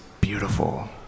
beautiful